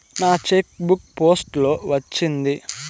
నా cheque book post లో వచ్చింది